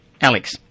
Alex